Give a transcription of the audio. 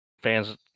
fans